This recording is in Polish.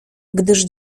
gdyż